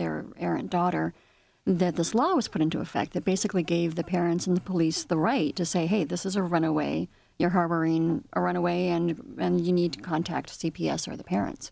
errant daughter that this law was put into effect that basically gave the parents and the police the right to say hey this is a runaway you're harboring a runaway and and you need to contact c p s or the parents